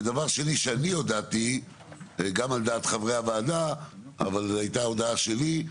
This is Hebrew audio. ודבר שני שאני הודעתי גם על דעת חברי הוועדה אבל זו הייתה הודעה שלי,